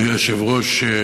אדוני היושב-ראש,